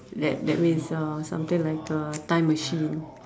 that that means uh something like a time machine